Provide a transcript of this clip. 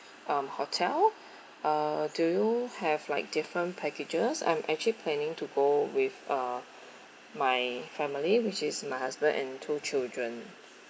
um hotel uh do you have like different packages I'm actually planning to go with uh my family which is my husband and two children